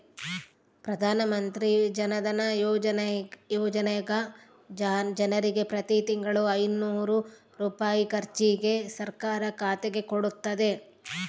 ಪ್ರಧಾನಮಂತ್ರಿ ಜನಧನ ಯೋಜನೆಗ ಜನರಿಗೆ ಪ್ರತಿ ತಿಂಗಳು ಐನೂರು ರೂಪಾಯಿ ಖರ್ಚಿಗೆ ಸರ್ಕಾರ ಖಾತೆಗೆ ಕೊಡುತ್ತತೆ